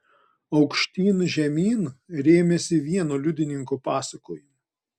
aukštyn žemyn rėmėsi vieno liudininko pasakojimu